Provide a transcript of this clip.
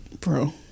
Bro